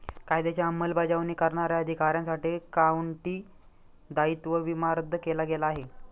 कायद्याची अंमलबजावणी करणाऱ्या अधिकाऱ्यांसाठी काउंटी दायित्व विमा रद्द केला गेला आहे